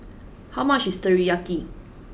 how much is Teriyaki